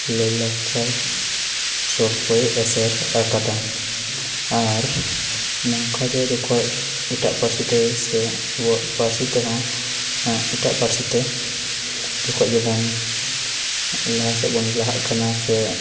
ᱞᱟᱹᱭ ᱞᱟᱠᱪᱟᱨ ᱥᱮᱨᱠᱚᱭ ᱮᱥᱮᱨ ᱟᱠᱟᱫᱟ ᱟᱨ ᱱᱚᱝᱠᱟ ᱡᱚᱠᱷᱚᱡ ᱮᱴᱟᱜ ᱯᱟᱹᱨᱥᱤ ᱛᱮ ᱥᱮ ᱟᱵᱚᱭᱟᱜ ᱯᱟᱹᱨᱥᱤ ᱛᱮᱦᱚᱸ ᱮᱴᱟᱜ ᱯᱟᱹᱨᱥᱤ ᱛᱮ ᱡᱚᱠᱷᱚᱡ ᱜᱮᱵᱚᱱ ᱞᱟᱦᱟ ᱥᱮᱰ ᱵᱚᱱ ᱞᱟᱦᱟᱜ ᱠᱟᱱᱟ ᱥᱮ